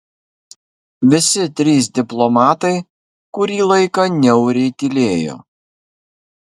visi trys diplomatai kurį laiką niauriai tylėjo